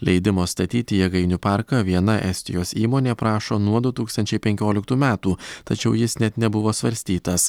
leidimo statyti jėgainių parką viena estijos įmonė prašo nuo du tūkstančiai penkioliktų metų tačiau jis net nebuvo svarstytas